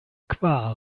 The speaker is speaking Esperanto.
kvar